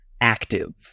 active